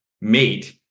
mate